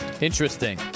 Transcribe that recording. Interesting